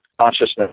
consciousness